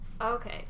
Okay